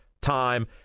time